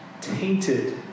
tainted